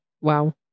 Wow